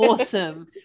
awesome